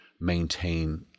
maintain